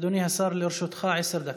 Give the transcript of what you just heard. אדוני השר, לרשותך, עשר דקות.